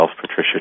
Patricia